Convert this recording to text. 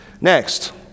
Next